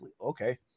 okay